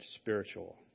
spiritual